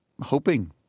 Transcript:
hoping